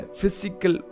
physical